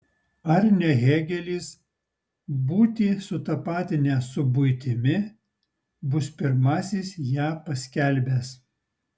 ar ne hėgelis būtį sutapatinęs su buitimi bus pirmasis ją paskelbęs